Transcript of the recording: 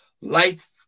Life